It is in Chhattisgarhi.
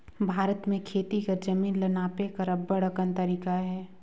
भारत में खेती कर जमीन ल नापे कर अब्बड़ अकन तरीका अहे